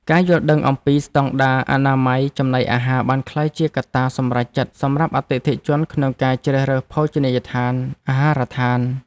ការយល់ដឹងអំពីស្តង់ដារអនាម័យចំណីអាហារបានក្លាយជាកត្តាសម្រេចចិត្តសម្រាប់អតិថិជនក្នុងការជ្រើសរើសភោជនីយដ្ឋានអាហារដ្ឋាន។